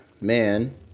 man